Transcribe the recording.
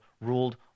ruled